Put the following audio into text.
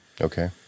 Okay